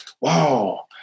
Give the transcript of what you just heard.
wow